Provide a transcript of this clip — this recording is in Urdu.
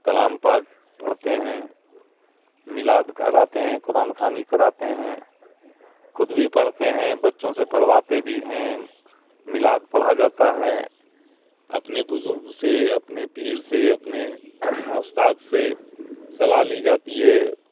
کلام پاک پڑھتے ہیں میلاد کراتے ہیں قرآن خوانی کراتے ہیں خود بھی پڑھتے ہیں بچوں سے پڑھواتے بھی ہیں میلاد پڑھا جاتا ہے اپنے بزرگ سے اپنے پیر سے اپنے استاد سے صلاح لی جاتی ہے